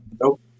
Nope